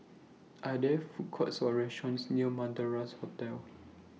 Are There Food Courts Or restaurants near Madras Hotel